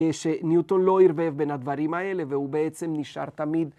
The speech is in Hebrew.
‫שניוטון לא ערבב בין הדברים האלה, ‫והוא בעצם נשאר תמיד...